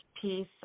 piece